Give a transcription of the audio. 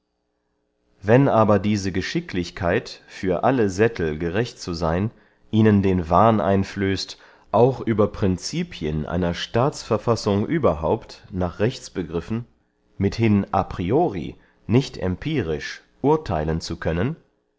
wenn aber diese geschicklichkeit für alle sättel gerecht zu seyn ihnen den wahn einflößt auch über principien einer staatsverfassung überhaupt nach rechtsbegriffen mithin a priori nicht empirisch urtheilen zu können